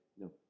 No